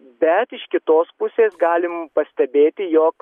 bet iš kitos pusės galim pastebėti jog